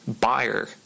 buyer